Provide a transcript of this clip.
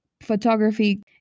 photography